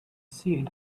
see